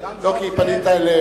כי פנית אליהם.